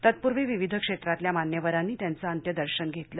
तत्पूर्वी विविध क्षेत्रातल्या मान्यवरांनी त्यांचं अंत्यदर्शन घेतलं